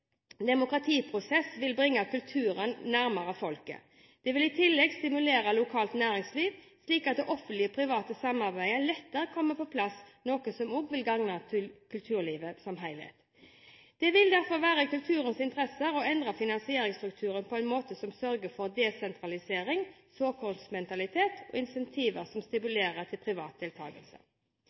vil i tillegg stimulere lokalt næringsliv, slik at et offentlig–privat samarbeid lettere kommer på plass, noe som vil gagne kulturlivet som helhet. Det vil derfor være i kulturens interesse å endre finansieringsstrukturen på en måte som sørger for desentralisering, såkornsmentalitet og incentiver som stimulerer til privat deltakelse.